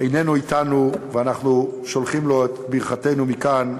איננו אתנו, ואנחנו שולחים לו את ברכתנו מכאן,